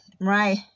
right